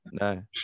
no